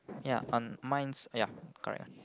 ya on mine's ya correct